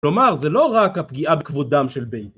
‫כלומר, זה לא רק הפגיעה ‫בכבודם של בית דין.